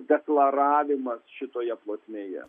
deklaravimas šitoje plotmėje